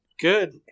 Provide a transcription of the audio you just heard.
Good